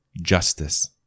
Justice